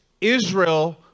Israel